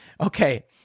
okay